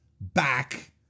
back